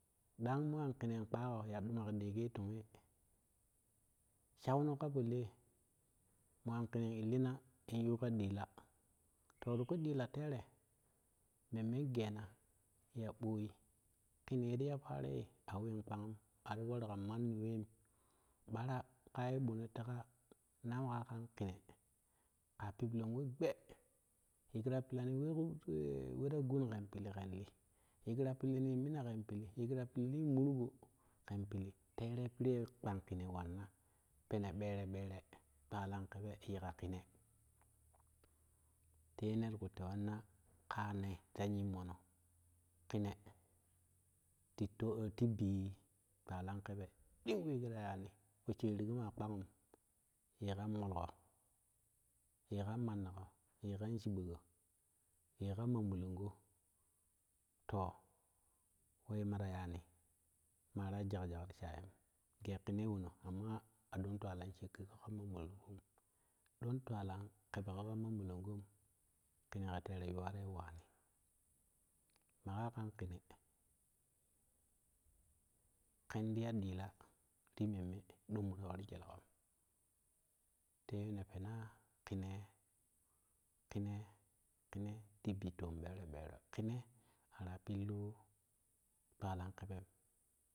Ɗan moo an kene kpaa go, ya ɗuma ke deegei togee shau no kapo lee moo an kene in illina in yuugo ɗila to ti ka ɗila teere memmen geena ya ɓoi kene tiya paaroye aween kpangum ati waru ka manni weem bara kaa ye bo ne tega na kaa piplong we gbe ye keta pilani wee weta gun ken li yeketa pilinii mina ken pili yeketa murgo ken pili teere piree kpang kene wannan pene bere bere twalan kebe yekga kene tewe ne ti ku tewi na kaane ta nyinamono kene ti too ti bi twalan kebe ɗing wee keta yaani posheerigo maa kpangum ye kan molgo ye kan mannago ye kan shibbogo ye kan mamolongo to wee mara yaani taya jagjag ti shayum gee keneu woono amma aɗoo twalan shekƙima kan mamolongomu ɗon twalan kebe kama mamolongom kene teere yuwaroi waani maga maa kan kene ken di ya diila ti meme doo mo ta war jelegom tee ne penaa kine kine ti bi toom kan bere bere ara pillo twalan kebem.